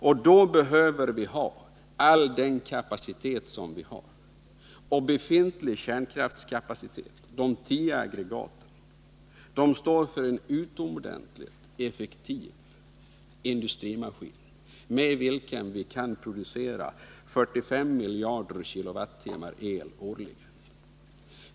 Och då behöver vi all den kapacitet som vi har. Befintlig kärnkraftskapacitet, de 10 aggregaten, utgör en utomordentligt effektiv industrimaskin, med vilken vi kan producera 45 miljarder kilowatttimmar el årligen.